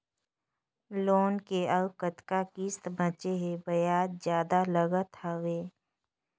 Loan के अउ कतका किस्त बांचें हे? ब्याज जादा लागत हवय,